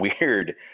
weird